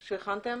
כן.